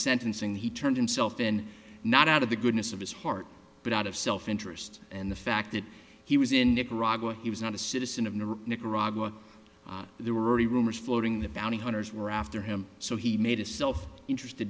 sentencing he turned himself in not out of the goodness of his heart but out of self interest and the fact that he was in nicaragua he was not a citizen of nicaragua there were already rumors floating the bounty hunters were after him so he made a self interest the